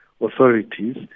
authorities